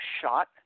shot